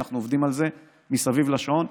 אנחנו עובדים על זה מסביב לשעון.